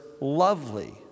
lovely